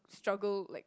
struggle like